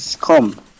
Come